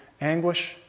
anguish